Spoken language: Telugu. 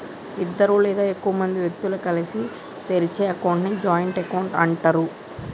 ఇద్దరు లేదా ఎక్కువ మంది వ్యక్తులు కలిసి తెరిచే అకౌంట్ ని జాయింట్ అకౌంట్ అంటరు